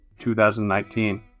2019